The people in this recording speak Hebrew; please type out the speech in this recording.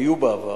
היו בעבר.